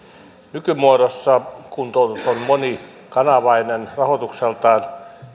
nykymuodossa kuntoutus on monikanavainen rahoitukseltaan